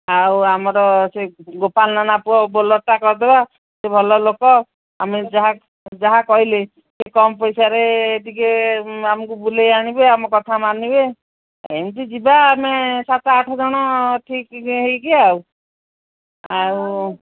ଆଉ ଆମର ସେ ଗୋପାଳ ନନା ପୁଅ ବୋଲର୍ଟା କରିଦବା ସେ ଭଲ ଲୋକ ଆମେ ଯାହା ଯାହା କହିଲେ ସେ କମ୍ ପଇସାରେ ଟିକେ ଆମକୁ ବୁଲେଇ ଆଣିବେ ଆମ କଥା ମାନିବେ ଏମିତି ଯିବା ଆମେ ସାତ ଆଠ ଜଣ ଠିକ୍ ହୋଇକି ଆଉ ଆଉ